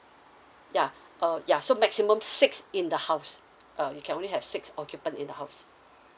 yeah uh ya so maximum six in the house uh you can only have six occupant in the house